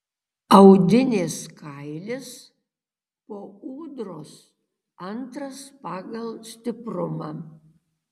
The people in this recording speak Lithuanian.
audinės kailis po ūdros antras pagal stiprumą